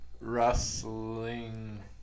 Wrestling